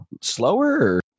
slower